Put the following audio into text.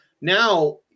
Now